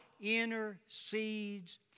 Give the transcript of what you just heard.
intercedes